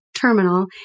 terminal